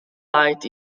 light